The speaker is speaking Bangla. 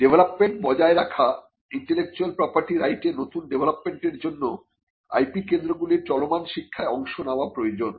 ডেভলপমেন্ট বজায় রাখা ইন্টেলেকচুয়াল প্রপার্টি রাইটে নতুন ডেভেলপমেন্টের জন্য IP কেন্দ্রগুলির চলমান শিক্ষায় অংশ নেওয়া প্রয়োজন